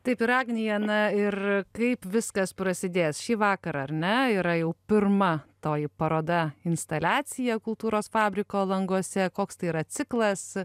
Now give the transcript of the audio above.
taip ir agnija na ir kaip viskas prasidės šį vakarą ar ne yra jau pirma toji paroda instaliacija kultūros fabriko languose koks tai yra ciklas